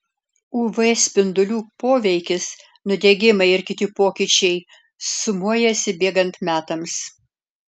uv spindulių poveikis nudegimai ir kiti pokyčiai sumuojasi bėgant metams